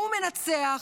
הוא מנצח,